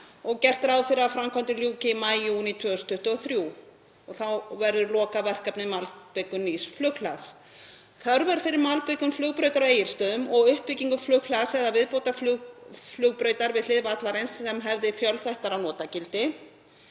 og gert er ráð fyrir að framkvæmdum ljúki í maí/júní 2023. Þá verður lokaverkefni malbikun nýs flughlaðs. Þörf er fyrir malbikun flugbrautar á Egilsstöðum og uppbyggingu flughlaðs eða viðbótarflugbrautar við hlið vallarins sem hefði fjölþættara notagildi.